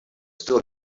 still